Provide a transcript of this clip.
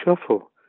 Shuffle